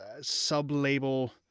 sub-label